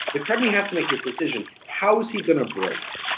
de crespigny has to make this decision, how is he gonna brake?